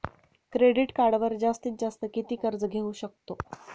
Credit कार्डवर जास्तीत जास्त किती कर्ज घेऊ शकतो?